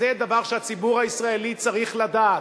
וזה דבר שהציבור הישראלי צריך לדעת,